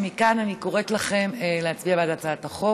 מכאן אני קוראת לכם להצביע בעד הצעת החוק.